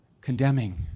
condemning